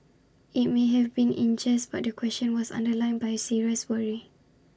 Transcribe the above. IT may have been in jest but the question was underlined by serious worry